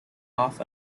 off